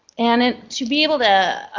and and to be able to